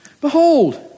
Behold